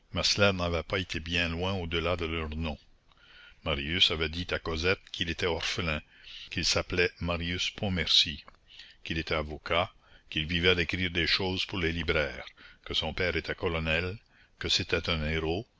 n'avait pas été bien loin au-delà de leurs noms marius avait dit à cosette qu'il était orphelin qu'il s'appelait marius pontmercy qu'il était avocat qu'il vivait d'écrire des choses pour les libraires que son père était colonel que c'était un héros